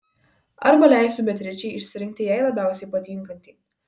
arba leisiu beatričei išsirinkti jai labiausiai patinkantį